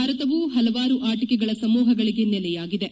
ಭಾರತವು ಪಲವಾರು ಆಟಿಕೆಗಳ ಸಮೂಹಗಳಿಗೆ ನೆಲೆಯಾಗಿದೆ